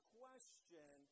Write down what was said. question